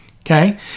Okay